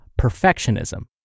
perfectionism